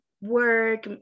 work